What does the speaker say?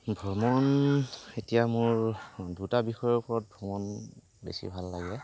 ভ্ৰমণ এতিয়া মোৰ দুটা বিষয়ৰ ওপৰত ভ্ৰমণ বেছি ভাল লাগে